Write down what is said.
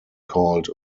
called